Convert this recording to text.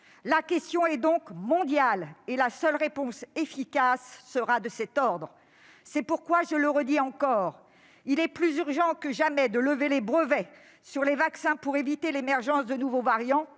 le problème est donc mondial et la seule réponse efficace sera à cette échelle. C'est pourquoi, je le redis, il est plus urgent que jamais de lever les brevets sur les vaccins si l'on veut éviter l'émergence de nouveaux variants.